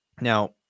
Now